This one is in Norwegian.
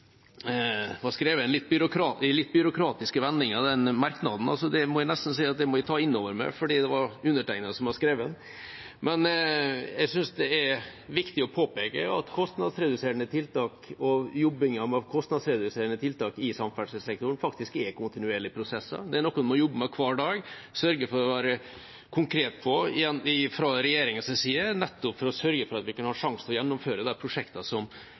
var skrevet i litt byråkratiske vendinger, den merknaden, og det må nesten jeg ta inn over meg, for det var undertegnede som hadde skrevet den. Men jeg synes det er viktig å påpeke at jobbing med kostnadsreduserende tiltak i samferdselssektoren faktisk er kontinuerlige prosesser. Det er noe vi må jobbe med hver dag, noe man må sørge for å være konkret på fra regjeringens side, nettopp for å sørge for at vi kan ha en sjanse til å gjennomføre de prosjektene som ligger i Nasjonal transportplan. Det